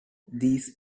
these